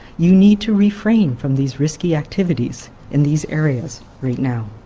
you need to refrain from these risky activities in these areas right now.